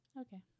Okay